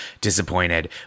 disappointed